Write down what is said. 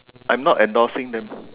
I'm not endorsing them